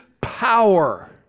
power